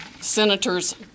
Senators